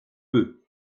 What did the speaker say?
peu